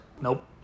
Nope